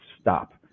Stop